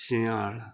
शिंयाळ